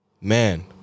man